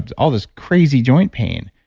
but all this crazy joint pain.